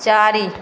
चारि